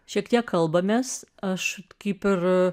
šiek tiek kalbamės aš kaip ir